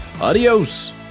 adios